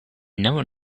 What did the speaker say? never